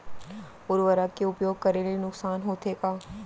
उर्वरक के उपयोग करे ले नुकसान होथे का?